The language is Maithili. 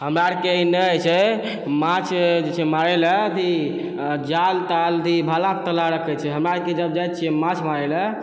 हमरा आओरके एन्ने होइ छै माँछ जे छै मारैलए अथी जाल ताल अथी भाला ताला रखै छै हमरा आओरके जब जाइ छिए माँछ मारैलए